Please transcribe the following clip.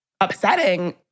upsetting